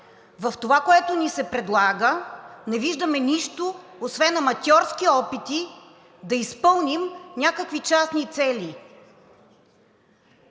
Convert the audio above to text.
в това, което ни се предлага, не виждаме нищо освен аматьорски опити да изпълним някакви частни цели.